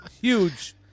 Huge